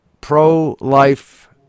pro-life